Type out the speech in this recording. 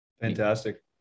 Fantastic